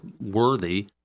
worthy